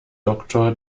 doktor